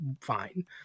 fine